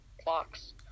clocks